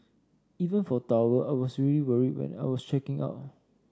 even for towel I was really worried when I was checking out